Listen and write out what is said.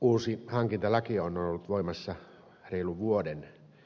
uusi hankintalaki on ollut voimassa reilun vuoden